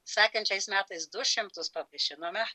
sekančiais metais du šimtus pavaišinome